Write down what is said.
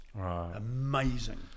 amazing